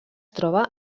troba